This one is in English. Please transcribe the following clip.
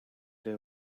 they